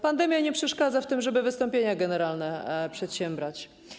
Pandemia nie przeszkadza w tym, żeby wystąpienia generalne przedsiębrać.